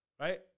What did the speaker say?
Right